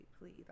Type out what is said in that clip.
please